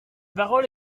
parole